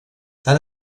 tan